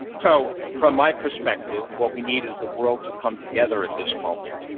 so from my perspective, what we need is the world to come together at this moment,